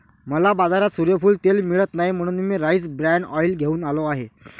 मला बाजारात सूर्यफूल तेल मिळत नाही म्हणून मी राईस ब्रॅन ऑइल घेऊन आलो आहे